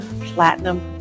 platinum